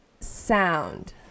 sound